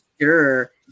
Sure